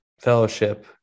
fellowship